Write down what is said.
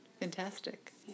Fantastic